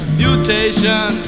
mutation